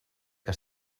que